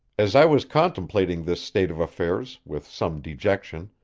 as i was contemplating this state of affairs with some dejection,